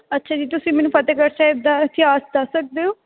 ਅੱਛਾ ਜੀ ਤੁਸੀਂ ਮੈਨੂੰ ਫਤਿਹਗੜ੍ਹ ਸਾਹਿਬ ਦਾ ਇਤਿਹਾਸ ਦੱਸ ਸਕਦੇ ਹੋ